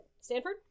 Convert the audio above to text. Stanford